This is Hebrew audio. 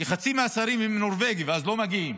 כי חצי מהשרים הם נורבגיים, אז לא מגיעים.